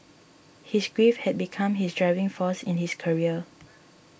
his grief had become his driving force in his career